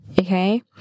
okay